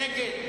מי נגד?